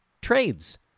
trades